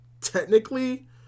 technically